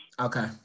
Okay